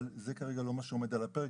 אבל זה כרגע לא מה שעומד על הפרק,